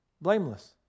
blameless